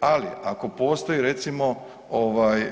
Ali, ako postoje recimo, ovaj,